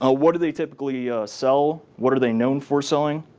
ah what do they typically sell? what are they known for selling?